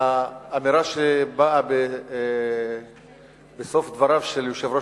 האמירה שבאה בסוף דבריו של יושב-ראש